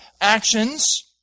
actions